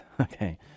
Okay